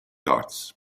arts